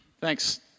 Thanks